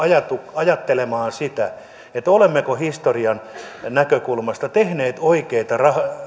ajattelemaan sitä olemmeko historian näkökulmasta tehneet oikeita